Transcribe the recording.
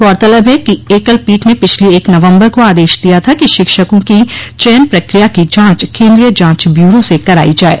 गौरतलब है कि एकल पीठ ने पिछली एक नवम्बर को आदेश दिया था कि शिक्षकों की चयन प्रक्रिया की जाँच केन्द्रीय जाँच ब्यूरो से करायी जाये